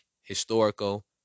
historical